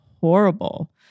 horrible